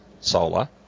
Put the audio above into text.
solar